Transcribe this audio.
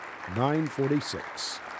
946